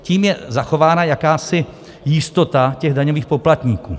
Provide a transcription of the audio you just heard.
Tím je zachována jakási jistota těch daňových poplatníků.